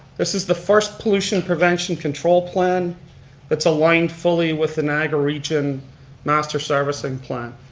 this is the first pollution prevention control plan that's aligned fully with the niagara region master servicing plan.